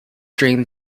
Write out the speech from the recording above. dream